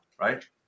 right